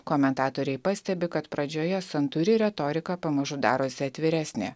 komentatoriai pastebi kad pradžioje santūri retorika pamažu darosi atviresnė